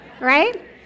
right